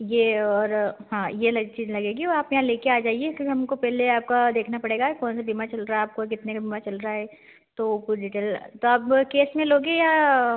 ये ओर हाँ ये लग चीज लगेगी ओर आप यहाँ लेके आ जाइए क्यूँकि हमको पहेले आपका देखना पड़ेगा कौन सा बीमा चल रा आपका कितने लंबा चल रा हे तो कुछ डीटेल तो आप केस में लोगे या